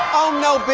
oh no, bitch.